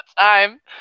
time